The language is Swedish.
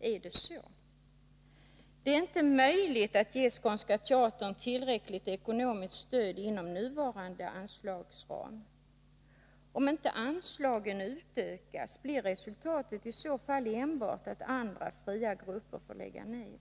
Är det så? Det är inte möjligt att ge Skånska Teatern tillräckligt ekonomiskt stöd inom nuvarande anslagsram. Om inte anslagen utökas blir resultatet enbart att andra fria grupper får lägga ned.